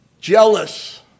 Jealous